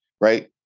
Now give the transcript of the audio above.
right